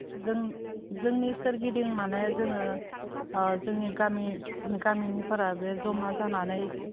जों जोंनि सोरगिदिं माने जोङो जोंनि गामि गामिनिफोरा बे जमा जानानै